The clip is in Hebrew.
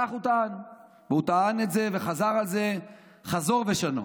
כך הוא טען, והוא טען את זה וחזר על זה חזור ושנה.